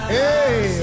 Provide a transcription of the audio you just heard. Hey